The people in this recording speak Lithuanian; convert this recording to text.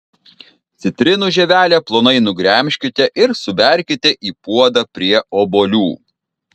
citrinų žievelę plonai nugremžkite ir suberkite į puodą prie obuolių